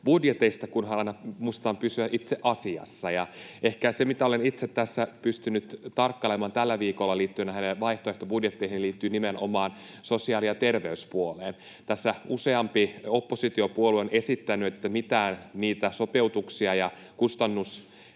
vaihtoehtobudjeteista, kunhan aina muistetaan pysyä itse asiassa. Ehkä se, mitä olen itse tässä pystynyt tarkkailemaan tällä viikolla liittyen näihin vaihtoehtobudjetteihin, liittyy nimenomaan sosiaali‑ ja terveyspuoleen. Tässä useampi oppositiopuolue on esittänyt, että mitään sopeutuksia ja